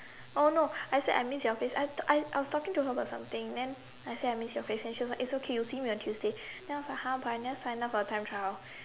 oh no I said I missed your face I I was talking to her about something then I said I miss your face and she was like it's okay you would see me on Tuesday then I was like !huh! but I never sign up for time trial